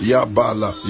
Yabala